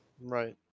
Right